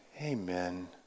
Amen